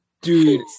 dude